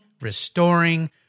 restoring